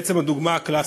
זו בעצם הדוגמה הקלאסית.